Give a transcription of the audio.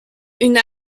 une